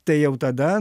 tai jau tada